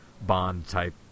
bond-type